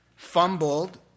fumbled